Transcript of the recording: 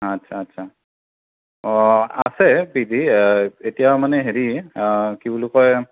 আচ্ছা আচ্ছা অঁ আছে পি জি এতিয়া মানে হেৰি কি বুলি কয়